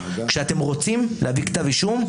כשאתם רוצים להביא כתב אישום,